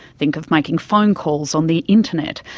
think of making phone calls on the internet.